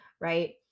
right